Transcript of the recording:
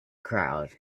crowd